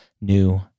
new